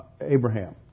Abraham